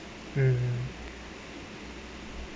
mm